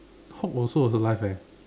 Hulk also alive eh